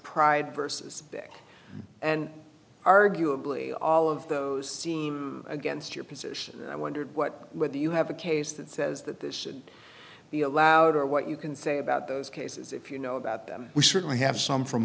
pride versus pick and arguably all of those seem against your position and i wondered what with you have a case that says that this should be allowed or what you can say about those cases if you know about them we certainly have some from